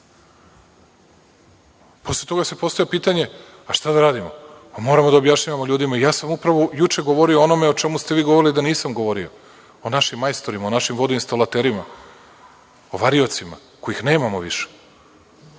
Posle toga se postavlja pitanje – a šta da radimo? Moramo da objašnjavamo ljudima. Ja sam upravo juče govorio o onome o čemu ste vi govorili da nisam govorio, o našim majstorima, o našim vodoinstalaterima, o variocima, kojih nemamo više,